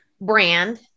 brand